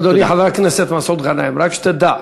אדוני חבר הכנסת מסעוד גנאים, רק שתדע,